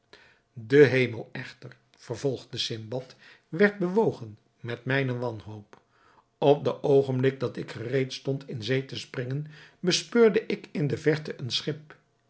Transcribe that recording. de hemel echter vervolgde sindbad werd bewogen met mijne wanhoop op den oogenblik dat ik gereed stond in zee te springen bespeurde ik in de verte een schip